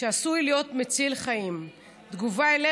תציג את הצעת החוק חברת הכנסת מירב בן ארי,